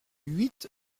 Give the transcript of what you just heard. huit